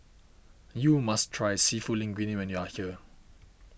you must try Seafood Linguine when you are here